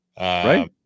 Right